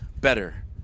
better